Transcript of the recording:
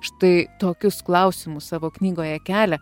štai tokius klausimus savo knygoje kelia